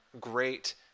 great